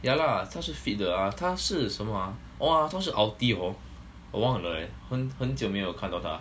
yeah lah 她是 fit 的 ah 她是什么 ah orh 她是 ulti hor 我我忘了 eh 很久没有看到她